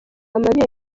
amabere